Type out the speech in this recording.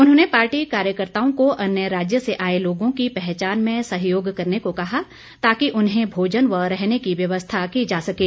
उन्होंने पार्टी कार्यकताओं को अन्य राज्य से आए लोगों की पहचान में सहयोग करने को कहा ताकि उन्हें भोजन व रहने की व्यवस्था की जा सकें